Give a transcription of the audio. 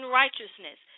righteousness